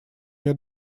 мне